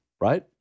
right